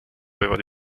võivad